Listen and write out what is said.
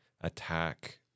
attack